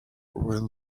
when